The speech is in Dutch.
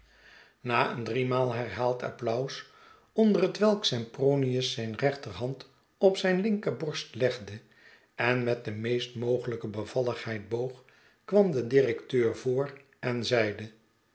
na een driemalen herhaald applaus onder hetwelk sempronius zijn rechterhand op zijn linkerborst legde en met de meest mogelijke bevalligheid boog kwam de directeur voor en zeide